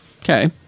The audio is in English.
okay